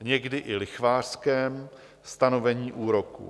někdy i lichvářském stanovení úroků.